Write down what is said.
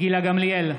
גילה גמליאל,